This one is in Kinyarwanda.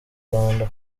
rwanda